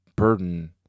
burden